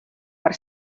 per